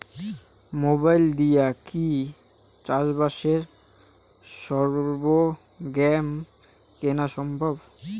Mobile দিয়া কি চাষবাসের সরঞ্জাম কিনা সম্ভব?